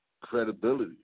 credibility